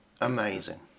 amazing